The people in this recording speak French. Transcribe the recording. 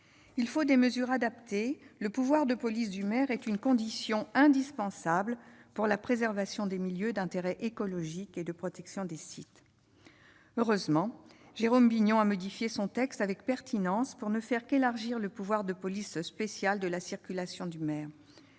Il faut des mesures adaptées. Le pouvoir de police du maire est une condition indispensable à la préservation des milieux d'intérêt écologique et à la protection des sites. Heureusement, Jérôme Bignon a modifié son texte avec pertinence en élargissant simplement le pouvoir de police spéciale de la circulation du maire.